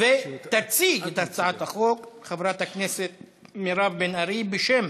תציג את הצעת החוק חברת הכנסת בן ארי, בשם